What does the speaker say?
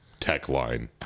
TechLine